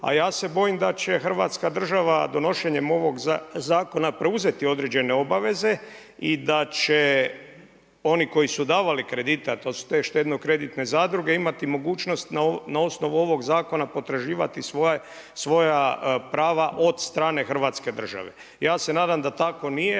a ja se bojim da će Hrvatska država donošenjem ovog zakona preuzeti određene obaveze i da će oni koji su davali kredite a to su te štedno-kreditne zadruge imati mogućnost na osnovu ovog zakona potraživati svoja prava od strane Hrvatske države. Ja se nadam da tako nije